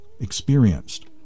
experienced